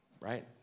right